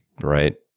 right